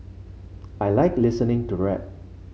I like listening to rap